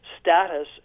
status